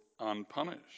unpunished